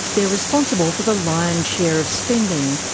they're responsible for the lion's share of spending,